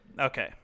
Okay